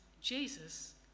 Jesus